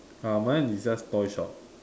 uh mine is just toy shop